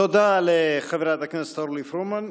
תודה לחברת הכנסת אורלי פרומן.